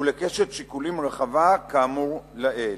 ולקשת שיקולים רחבה, כאמור לעיל".